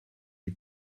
est